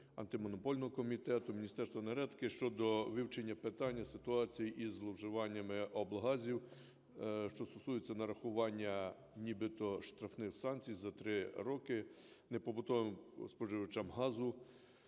Антимонопольного комітету, Міністерства енергетики щодо вивчення питання ситуації із зловживаннями облгазів, що стосується нарахування нібито штрафних санкцій за три роки непобутовим споживачам газу,